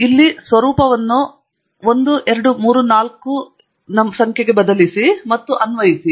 ಇಲ್ಲಿ ಸ್ವರೂಪವನ್ನು 1 2 3 4 ಗೆ ಬದಲಿಸಿ ಮತ್ತು ಅನ್ವಯಿಸಿ